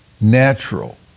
natural